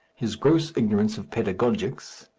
his gross ignorance of pedagogics,